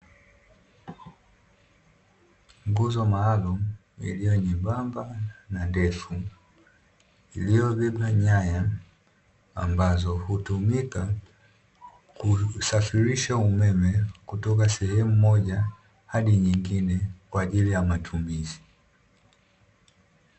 Nguzo maalumu iliyo nyembamba na ndefu iliyovikwa nyaya ambazo hutumika kusafirisha umeme kutoka sehemu moja hadi nyingine kwa ajili ya matumizi.